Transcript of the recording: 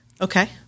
okay